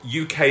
UK